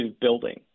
building